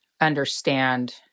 understand